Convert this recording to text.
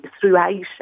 throughout